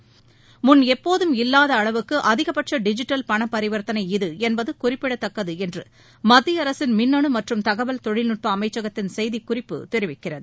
இது முன் எப்போதும் இல்லாத அளவுக்கு அதிகபட்ச டிஜிட்டல் பண பரிவர்த்தனை இது என்பது குறிப்பிட்டத்தக்கது என்று மத்திய அரசின் மின்னனு மற்றும் தகவல் தொழில்நுட்ப அமைச்சகத்தின் செய்தி குறிப்பு தெரிவிக்கிறது